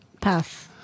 path